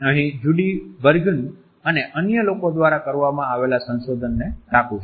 અહીં Judy Burgoon અને અન્ય લોકો દ્વારા કરવામાં આવેલા સંશોધન ટાંકું છું